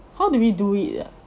how did we do it ah